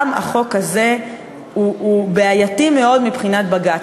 גם החוק הזה הוא בעייתי מאוד מבחינת בג"ץ.